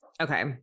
Okay